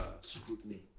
scrutiny